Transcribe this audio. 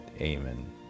amen